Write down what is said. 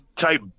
type